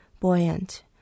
Buoyant